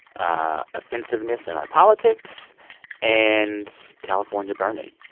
ah offensiveness in our politics and california burning.